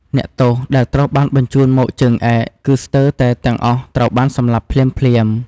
អ្នកទោសដែលត្រូវបានបញ្ជូនមកជើងឯក គឺស្ទើរតែទាំងអស់ត្រូវបានសម្លាប់ភ្លាមៗ។